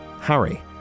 Harry